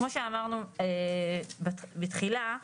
כמו שאמרנו בתחילת הדיון,